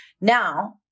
Now